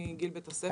מגיל בית הספר.